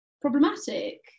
problematic